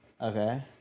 Okay